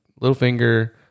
Littlefinger